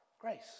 grace